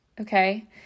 Okay